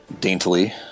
Daintily